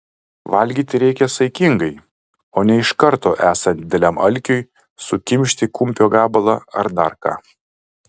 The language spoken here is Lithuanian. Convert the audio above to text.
valgyti reikia saikingai o ne iš karto esant dideliam alkiui sukimšti kumpio gabalą ar dar ką